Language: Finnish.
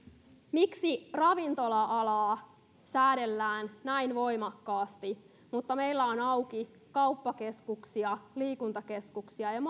miksi ravintola alaa säädellään näin voimakkaasti mutta meillä on auki kauppakeskuksia liikuntakeskuksia ja ja